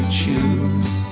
choose